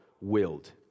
willed